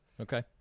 Okay